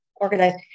organized